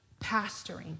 pastoring